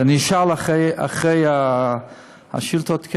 אז אשאל אחרי השאילתות.